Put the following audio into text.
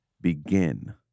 Begin